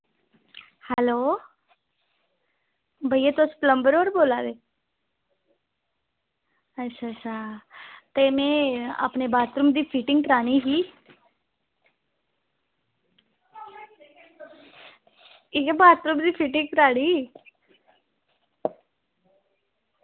hello भैया तुस plumber होर बोला दे अच्छा अच्छा ते में अपने बाथरूम दी फिटिंग करानी ही इ'यै बाथरूम दी फिटिंग करानी